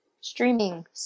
streaming